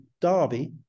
Derby